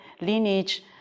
lineage